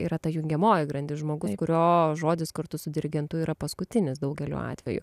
yra ta jungiamoji grandis žmogus kurio žodis kartu su dirigentu yra paskutinis daugeliu atveju